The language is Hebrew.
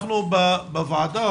אנחנו בוועדה,